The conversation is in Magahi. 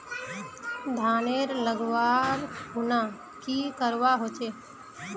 धानेर लगवार खुना की करवा होचे?